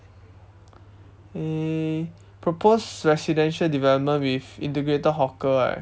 eh proposed residential development with integrated hawker right